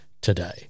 today